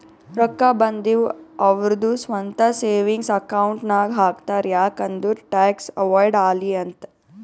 ರೊಕ್ಕಾ ಬಂದಿವ್ ಅವ್ರದು ಸ್ವಂತ ಸೇವಿಂಗ್ಸ್ ಅಕೌಂಟ್ ನಾಗ್ ಹಾಕ್ತಾರ್ ಯಾಕ್ ಅಂದುರ್ ಟ್ಯಾಕ್ಸ್ ಅವೈಡ್ ಆಲಿ ಅಂತ್